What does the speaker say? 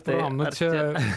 parom nu čia